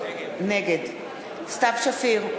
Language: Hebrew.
נגד סתיו שפיר,